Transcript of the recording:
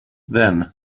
then